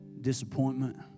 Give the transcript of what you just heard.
disappointment